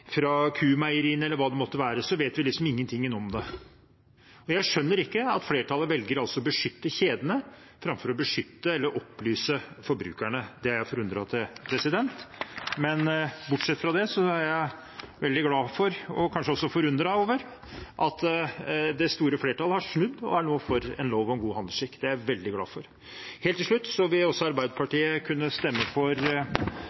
fra Tine eller fra Q-Meieriene eller hva det måtte være, så vet vi liksom ingenting om det. Jeg skjønner ikke at flertallet velger å beskytte kjedene framfor å beskytte eller opplyse forbrukerne, det er jeg forundret over. Men bortsett fra det er jeg veldig glad for og kanskje også forundret over at det store flertallet har snudd og nå er for en lov om god handelsskikk. Det er jeg veldig glad for. Helt til slutt: Arbeiderpartiet vil